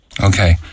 Okay